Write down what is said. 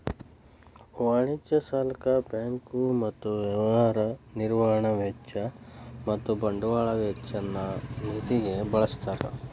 ವಾಣಿಜ್ಯ ಸಾಲಕ್ಕ ಬ್ಯಾಂಕ್ ಮತ್ತ ವ್ಯವಹಾರ ನಿರ್ವಹಣಾ ವೆಚ್ಚ ಮತ್ತ ಬಂಡವಾಳ ವೆಚ್ಚ ನ್ನ ನಿಧಿಗ ಬಳ್ಸ್ತಾರ್